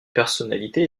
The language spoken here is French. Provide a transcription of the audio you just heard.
personnalité